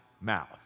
mouth